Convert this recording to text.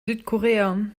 südkorea